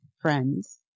friends